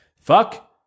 Fuck